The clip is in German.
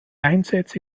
einsätze